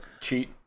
cheat